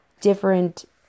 different